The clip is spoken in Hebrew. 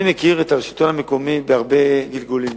אני מכיר את השלטון המקומי בהרבה גלגולים,